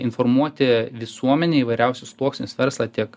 informuoti visuomenę įvairiausius sluoksnius verslą tiek